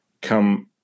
come